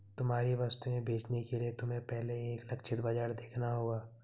तुम्हारी वस्तुएं बेचने के लिए तुम्हें पहले एक लक्षित बाजार देखना होगा